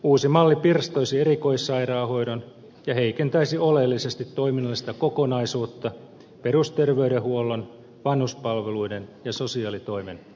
uusi malli pirstoisi erikoissairaanhoidon ja heikentäisi oleellisesti toiminnallista kokonaisuutta perusterveydenhuollon vanhuspalveluiden ja sosiaalitoimen osalta